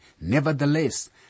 Nevertheless